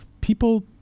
People